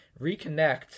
reconnect